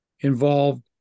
involved